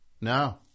No